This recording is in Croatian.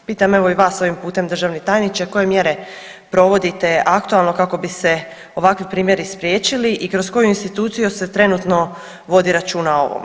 Pitam evo i vas ovim putem državnim tajniče koje mjere provodite aktualno kako bi se ovakvi primjeri spriječili i kroz koju instituciju se trenutno vodi računa o ovome.